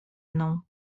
mną